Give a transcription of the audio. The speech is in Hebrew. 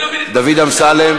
דוד אמסלם.